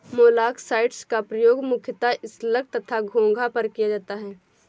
मोलॉक्साइड्स का प्रयोग मुख्यतः स्लग तथा घोंघा पर किया जाता है